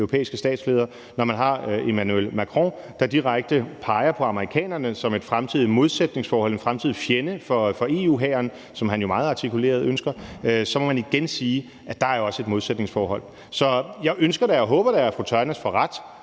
europæiske statsleder, der direkte peger på amerikanerne som et fremtidigt modsætningsforhold, en fremtidig fjende for EU-hæren, som han jo meget artikuleret ønsker, må man igen sige, at der er et modsætningsforhold. Så jeg ønsker da og håber da, at fru Ulla Tørnæs får ret,